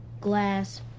glass